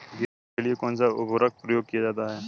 गेहूँ के लिए कौनसा उर्वरक प्रयोग किया जाता है?